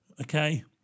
Okay